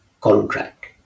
contract